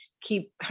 keep